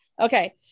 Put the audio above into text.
Okay